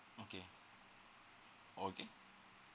okay okay